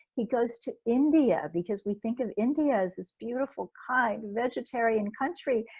he goes to india because we think of india as this beautiful kind vegetarian country.